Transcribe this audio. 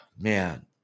Man